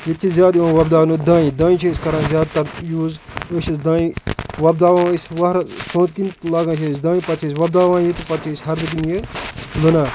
ییٚتہِ چھِ زیادٕ یِوان وۄپداونہٕ دانہِ دانہِ چھِ أسۍ کَران زیادٕ تَر یوٗز أسۍ چھِس دانہِ وۄپداوان أسۍ وہرٕ سونٛتھٕ کِنۍ لاگان چھِ أسۍ دانہِ پَتہٕ چھِ أسۍ وۄپداوان ییٚتہِ پَتہٕ چھِ أسۍ ہَردٕ کِنۍ یہِ لونان